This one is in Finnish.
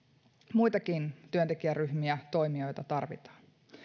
muitakin työntekijäryhmiä ja toimijoita tarvitaan